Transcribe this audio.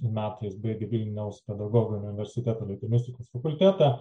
metais baigė vilniaus pedagoginio universiteto lituanistikos fakultetą